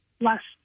last